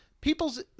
people's